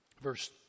verse